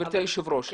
גברתי היושבת ראש,